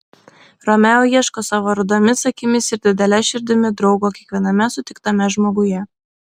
romeo ieško savo rudomis akimis ir didele širdimi draugo kiekviename sutiktame žmoguje